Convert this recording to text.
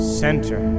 center